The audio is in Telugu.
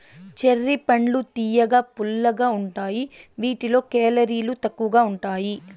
చెర్రీ పండ్లు తియ్యగా, పుల్లగా ఉంటాయి వీటిలో కేలరీలు తక్కువగా ఉంటాయి